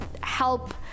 help